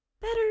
better